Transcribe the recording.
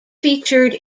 featured